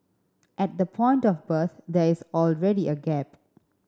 at the point of birth there is already a gap